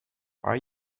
are